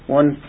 one